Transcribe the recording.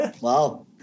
Wow